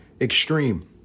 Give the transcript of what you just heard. extreme